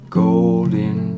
golden